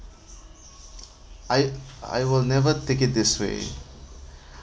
I I will never take it this way